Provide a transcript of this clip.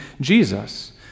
Jesus